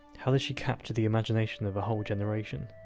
how did she capture the imagination of a whole generation?